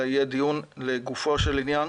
אלא יהיה דיון לגופו של עניין.